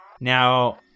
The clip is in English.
Now